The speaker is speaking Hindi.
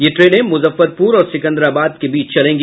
ये ट्रेनें मुजफ्फरपुर और सिकंदराबाद के बीच चलेगी